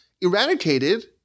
eradicated